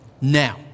Now